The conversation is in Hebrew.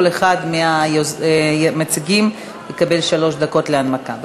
כל אחד מהמציגים יקבל שלוש דקות להנמקה.